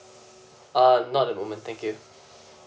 uh not at the moment thank you